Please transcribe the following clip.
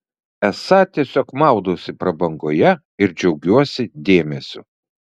esą tiesiog maudausi prabangoje ir džiaugiuosi dėmesiu